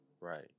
right